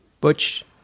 Butch